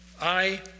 I-